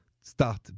start